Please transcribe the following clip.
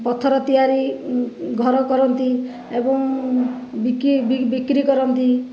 ପଥର ତିଆରି ଘର କରନ୍ତି ଏବଂ ବିକ୍ରି କରନ୍ତି